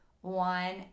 one